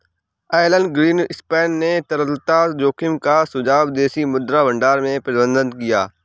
Elon Greenspan ने तरलता जोखिम का सुझाव विदेशी मुद्रा भंडार के प्रबंधन पर दिया